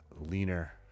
leaner